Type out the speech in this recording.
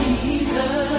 Jesus